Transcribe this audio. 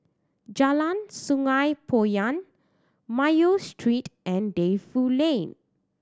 Jalan Sungei Poyan Mayo Street and Defu Lane